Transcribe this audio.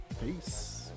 Peace